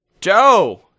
Joe